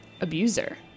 abuser